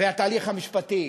והתהליך המשפטי